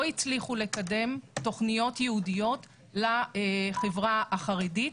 הצליחו לקדם תוכניות ייעודיות לחברה החרדית.